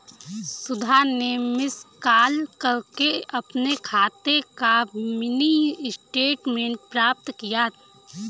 सुधा ने miss call करके अपने खाते का मिनी स्टेटमेंट प्राप्त किया